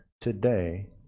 today